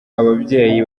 ababyeyi